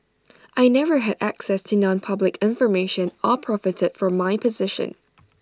I never had access to nonpublic information or profited from my position